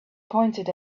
pointed